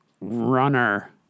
Runner